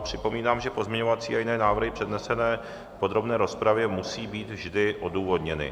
Připomínám, že pozměňovací a jiné návrhy přednesené v podrobné rozpravě musejí být vždy odůvodněny.